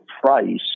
price